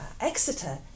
Exeter